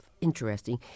interesting